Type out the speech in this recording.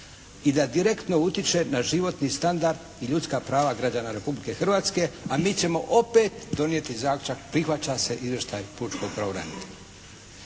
i da direktno utiče na životni standard i ljudska prava građana Republike Hrvatske, a mi ćemo opet donijeti zaključak prihvaća se Izvještaj pučkog pravobranitelja.